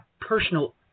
personal